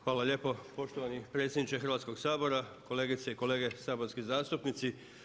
Hvala lijepo poštovani predsjedniče Hrvatskog sabora, kolegice i kolege saborski zastupnici.